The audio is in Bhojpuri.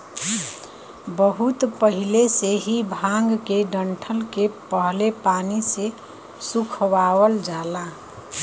बहुत पहिले से ही भांग के डंठल के पहले पानी से सुखवावल जाला